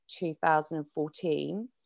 2014